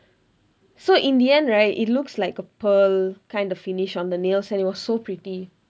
so in the end right it looks like a pearl kind of finish on the nails and it was so pretty